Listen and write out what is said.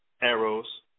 arrows